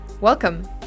Welcome